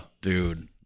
dude